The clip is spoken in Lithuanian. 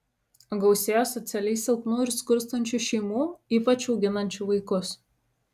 gausėjo socialiai silpnų ir skurstančių šeimų ypač auginančių vaikus